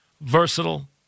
versatile